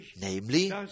namely